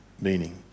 meaning